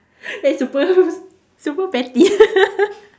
that's super super petty